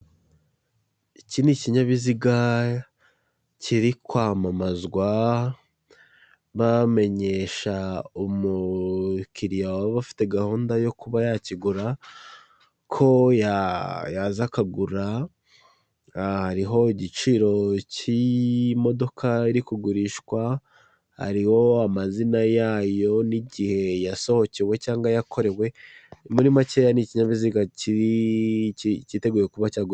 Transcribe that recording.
Iki ni kinyabiziga kiri kwamamazwa, bamenyesha umukiriya waba afite gahunda yo kuba yakigura, ko yaza akagura hariho igiciro cy'i modoka iri kugurishwa, hariho amazina yayo n'igihe yasohokewe cyangwa yakorewe, muri makeya ni ikinyabiziga cyiteguye kuba cyaguri.